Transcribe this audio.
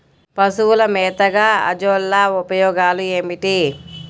పశువుల మేతగా అజొల్ల ఉపయోగాలు ఏమిటి?